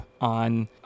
on